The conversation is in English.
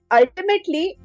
ultimately